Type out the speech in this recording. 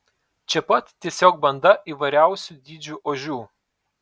čia pat tiesiog banda įvairiausių dydžių ožių